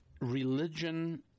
religion